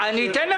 מרכזי